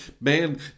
man